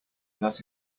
that